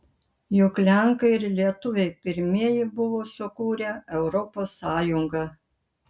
juk lenkai ir lietuviai pirmieji buvo sukūrę europos sąjungą